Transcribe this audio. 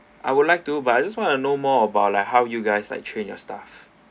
I would like to but I just want to know more about like how you guys like train your staff